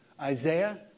Isaiah